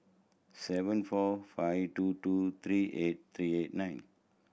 seven four five two two three eight three eight nine